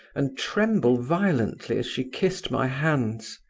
and tremble violently as she kissed my hands.